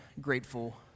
grateful